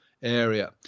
Area